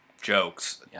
Jokes